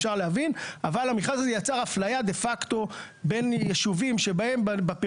אפשר להבין אבל המכרז הזה יצר אפליה דה-פקטו בין יישובים בפריפריה,